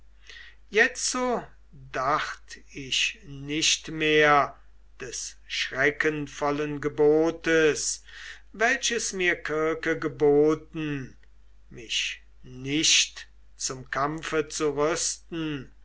jetzo dacht ich nicht mehr des schreckenvollen gebotes welches mir kirke geboten mich nicht zum kampfe zu rüsten